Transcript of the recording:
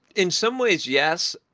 in some ways, yes,